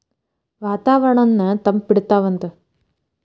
ವಾತಾವರಣನ್ನ ತಂಪ ಇಡತಾವಂತ